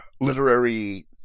literary